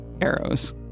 arrows